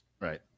Right